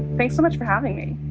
thanks so much for having me.